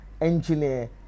engineer